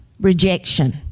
rejection